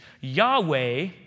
Yahweh